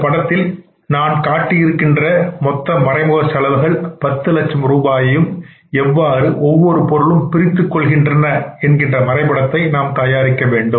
இந்தப் படத்தில் நான் காட்டியிருக்கின்ற மொத்த மறைமுக செலவுகள் 10 லட்சம் ரூபாயையும் எவ்வாறு ஒவ்வொரு பொருளும் பிரித்துக் கொள்கின்றன என்கின்ற வரைபடம் தயாரிக்கப்பட வேண்டும்